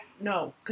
no